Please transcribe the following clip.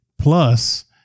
Plus